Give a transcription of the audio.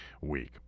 week